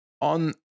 On